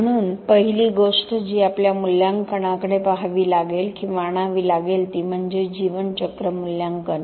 म्हणून पहिली गोष्ट जी आपल्या मूल्यांकनाकडे पाहावी लागेल किंवा आणावी लागेल ती म्हणजे जीवनचक्र मूल्यांकन